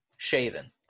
Shaven